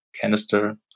canister